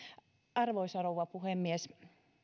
arvoisa rouva puhemies